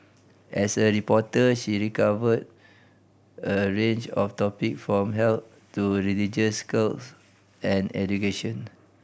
as a reporter she recovered a range of topic from health to religious cults and education